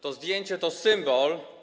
To zdjęcie to symbol.